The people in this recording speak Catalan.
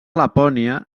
lapònia